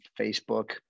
Facebook